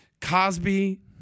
Cosby